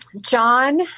John